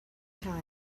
time